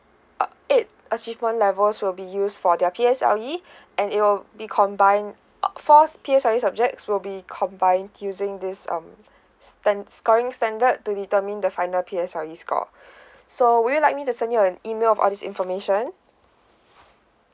uh eight achievement levels will be use for their P_S_L_E and it will be combined uh four's P_S_L_E subjects will be combined using this um stands it's calling standard to determine the final P_S_L_E score so would you like me to send you an email of all this information